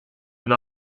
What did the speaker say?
and